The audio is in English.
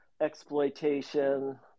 exploitation